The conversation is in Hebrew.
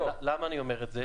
למה אני אומר את זה?